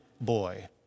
Boy